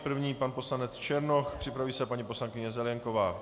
První pan poslanec Černoch, připraví se paní poslankyně Zelienková.